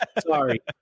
Sorry